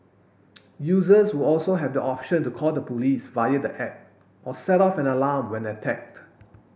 users will also have the option to call the police via the app or set off an alarm when attacked